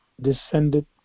descended